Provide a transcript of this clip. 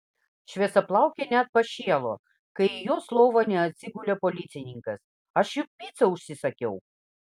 šviesiaplaukė net pašėlo kai į jos lovą neatsigulė policininkas aš juk picą užsisakiau